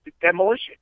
demolition